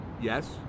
Yes